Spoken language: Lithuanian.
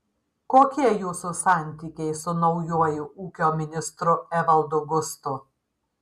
kokie jūsų santykiai su naujuoju ūkio ministru evaldu gustu